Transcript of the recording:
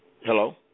Hello